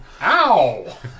Ow